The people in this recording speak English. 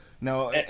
Now